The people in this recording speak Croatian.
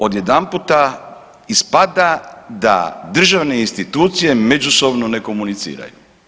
Odjedanputa ispada da državne institucije međusobno ne komuniciraju.